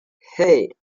hey